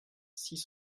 six